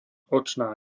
očná